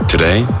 Today